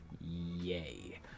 Yay